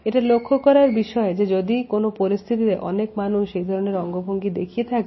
এটা লক্ষ্য করার বিষয় যে যদি কোন পরিস্থিতিতে অনেক মানুষ এই ধরনের অঙ্গভঙ্গি দেখিয়ে থাকে